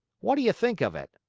what do you think of it?